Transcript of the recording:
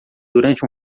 durante